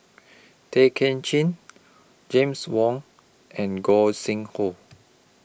Tay Ken Chin James Wong and Gog Sing Hooi